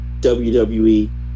WWE